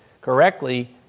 correctly